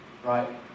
Right